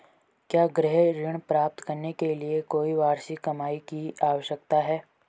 क्या गृह ऋण प्राप्त करने के लिए कोई वार्षिक कमाई की आवश्यकता है?